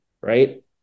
right